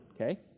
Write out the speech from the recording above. Okay